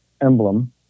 emblem